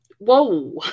Whoa